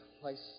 place